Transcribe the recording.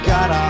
God